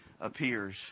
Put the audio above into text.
appears